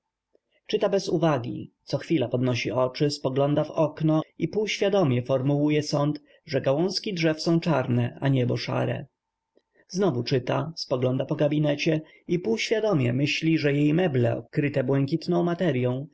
damour czyta bez uwagi cochwila podnosi oczy spogląda w okno i półświadomie formułuje sąd że gałązki drzew są czarne a niebo szare znowu czyta spogląda po gabinecie i półświadomie myśli że jej meble kryte błękitną materyą